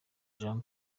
jean